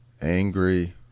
angry